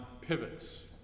pivots